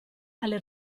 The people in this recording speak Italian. alle